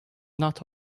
not